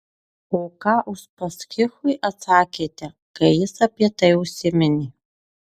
o ką uspaskichui atsakėte kai jis apie tai užsiminė